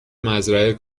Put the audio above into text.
مزرعه